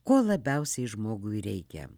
ko labiausiai žmogui reikia